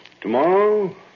Tomorrow